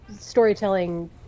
storytelling